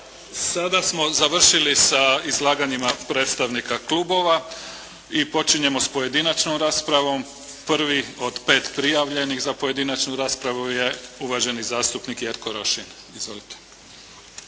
Sada smo završili sa izlaganjima predstavnika klubova i počinjemo s pojedinačnom raspravom. Prvi od pet prijavljenih za pojedinačnu raspravu je uvaženi zastupnik Jerko Rošin. Izvolite!